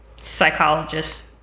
psychologist